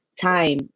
time